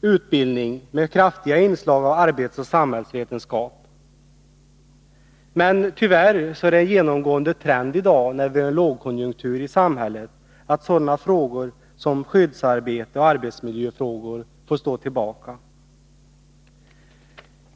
utbildning med ett kraftigt inslag av arbetsoch samhällsvetenskap. Men tyvärr är det en genomgående trend i dag, när vi har lågkonjunktur i samhället, att sådana frågor som skyddsarbete och arbetsmiljö får stå tillbaka.